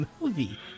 movie